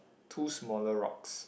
two smaller rocks